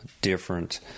different